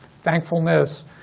Thankfulness